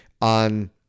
on